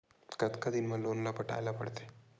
कतका दिन मा लोन ला पटाय ला पढ़ते?